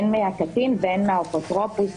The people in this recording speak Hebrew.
הן מהקטין והן מהאפוטרופוס,